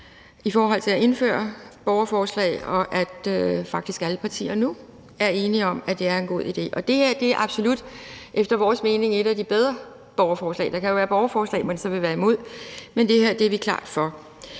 i forhold til at indføre borgerforslag, og at faktisk alle partier nu er enige om, at det er en god idé. Det her er absolut efter vores mening et af de bedre borgerforslag. Der kan jo være borgerforslag, man så vil være imod, men det her er vi klart for.